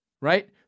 right